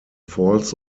falls